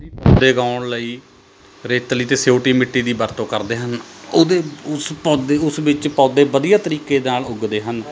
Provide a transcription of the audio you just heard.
ਪੌਦੇ ਉਗਾਉਣ ਲਈ ਰੇਤਲੀ ਅਤੇ ਸਿਓਟੀ ਮਿੱਟੀ ਦੀ ਵਰਤੋਂ ਕਰਦੇ ਹਨ ਉਹਦੇ ਉਸ ਪੌਦੇ ਉਸ ਵਿੱਚ ਪੌਦੇ ਵਧੀਆ ਤਰੀਕੇ ਨਾਲ ਉੱਗਦੇ ਹਨ